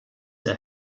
der